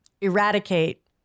eradicate